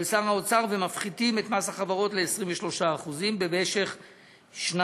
שר האוצר ומפחיתים את מס החברות ל-23% במשך שנתיים.